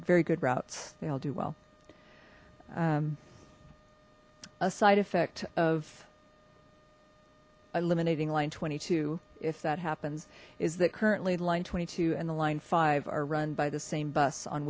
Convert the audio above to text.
very good routes they all do well a side effect of eliminating line twenty two if that happens is that currently the line twenty two and the line five are run by the same bus on